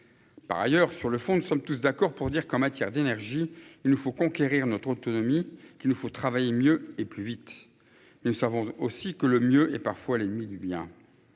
Par ailleurs, sur le fond, nous sommes tous d'accord pour dire qu'en matière d'énergie, il nous faut conquérir notre autonomie qu'il nous faut travailler mieux et plus vite. Nous savons aussi que le mieux est parfois l'ennemi du bien.